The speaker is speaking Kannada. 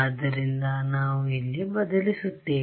ಆದ್ದರಿಂದ ನಾವು ಇಲ್ಲಿ ಬದಲಿಸುತ್ತೇವೆ